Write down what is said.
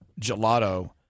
gelato